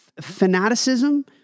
Fanaticism